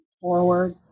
forward